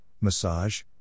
massage